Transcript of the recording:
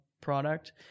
product